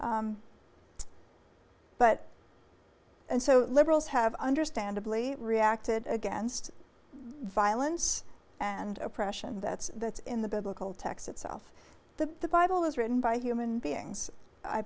but and so liberals have understandably reacted against violence and oppression that's that's in the biblical text itself that the bible is written by human beings i